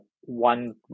one